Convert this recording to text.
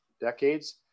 decades